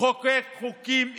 לחוקק חוקים אישיים: